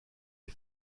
les